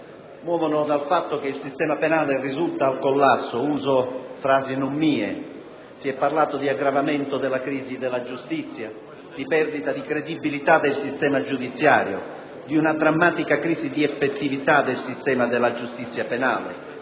muovono dal fatto che il sistema penale risulta al collasso - uso frasi non mie. Si è parlato di aggravamento della crisi della giustizia, di perdita di credibilità del sistema giudiziario, di una drammatica crisi di effettività del sistema della giustizia penale,